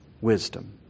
wisdom